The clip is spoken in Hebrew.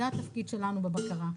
זה התפקיד שלנו בבקרה.